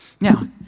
Now